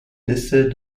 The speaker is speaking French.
décès